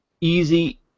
easy